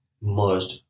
merged